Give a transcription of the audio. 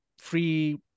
free